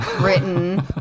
written